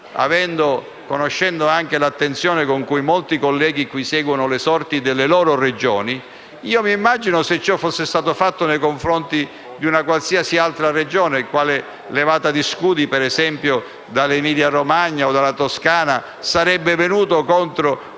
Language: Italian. Conoscendo anche l'attenzione con cui molti colleghi qui seguono le sorti delle loro Regioni, immagino, se ciò fosse stato fatto nei confronti di una qualsiasi altra Regione, quale levata di scudi, ad esempio dall'Emilia-Romagna o dalla Toscana, sarebbe venuta contro